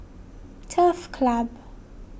Turf Club